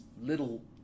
little